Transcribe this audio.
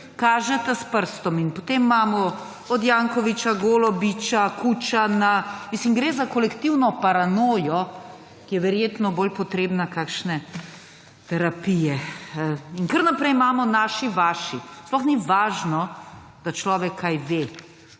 kažete s prstom. In potem imamo od Jankovića, Golobiča, Kučana, mislim, da gre za kolektivno paranojo, ki je verjetno bolj potrebna kakšne terapije. Kar naprej imamo naši, vaši. Sploh ni važno, da človek kaj ve.